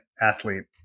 athlete